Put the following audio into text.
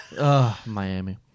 Miami